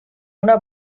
una